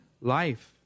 life